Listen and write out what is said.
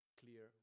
clear